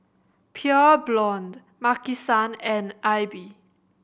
Pure Blonde Maki San and Aibi